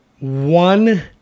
one